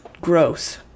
gross